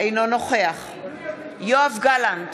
אינו נכוח יואב גלנט,